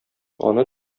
аны